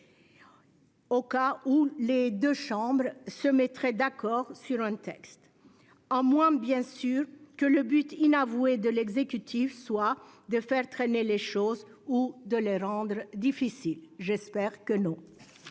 au cas où les deux chambres se mettraient d'accord sur un texte ; à moins, bien sûr- je ne l'espère pas -, que le but inavoué de l'exécutif soit de faire traîner les choses ou de les rendre difficiles. La parole est